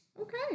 Okay